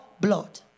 blood